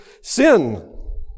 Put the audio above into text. sin